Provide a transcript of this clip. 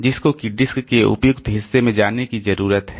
जिसको कि डिस्क के उपयुक्त हिस्से में जाने की जरूरत है